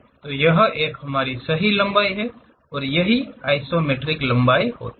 तो यह एक सही लंबाई है और यह आइसोमेट्रिक लंबाई है